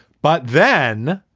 but then,